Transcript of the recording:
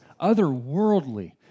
otherworldly